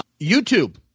YouTube